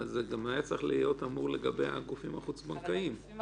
היה צריך להיות אמור גם לגבי הגופים החוץ-בנקאיים.